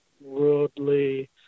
worldly